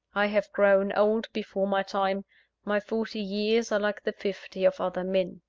i have grown old before my time my forty years are like the fifty of other men